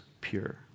pure